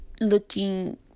looking